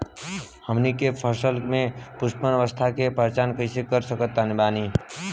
हमनी के फसल में पुष्पन अवस्था के पहचान कइसे कर सकत बानी?